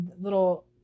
little